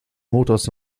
motors